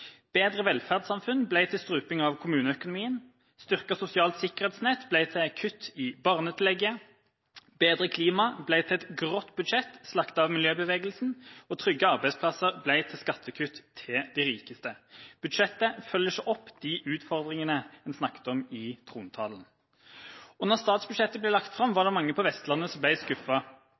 Bedre velferdssamfunn ble til struping av kommuneøkonomien, styrket sosialt sikkerhetsnett ble til kutt i barnetillegget, bedre klima ble til et grått budsjett slaktet av miljøbevegelsen, og trygge arbeidsplasser ble til skattekutt til de rikeste. Budsjettet følger ikke opp de utfordringene en snakket om i trontalen. Da statsbudsjettet ble lagt fram, var det mange på Vestlandet som